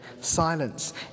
silence